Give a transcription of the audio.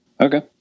Okay